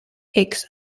eggs